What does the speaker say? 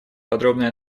подробный